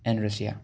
and Russia